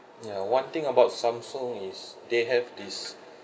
ya one thing about samsung is they have this